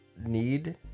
need